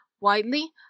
widely